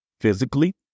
physically